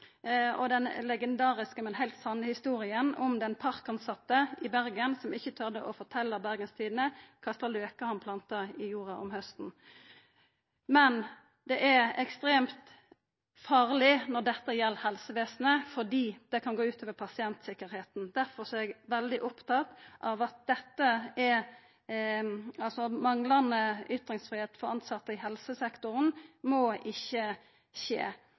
av den kommunale kinoen, og den legendariske, men heilt sanne historia om den parktilsette i Bergen som ikkje torde å fortelja Bergens Tidende kva slags lauk han planta i jorda om hausten. Det er ekstremt farleg når dette gjeld helsevesenet, fordi det kan gå ut over pasienttryggleiken. Derfor er eg veldig opptatt av manglande ytringsfridom for tilsette i helsesektoren.